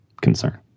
concern